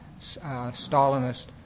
Stalinist